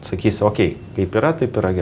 sakysi okei kaip yra taip yra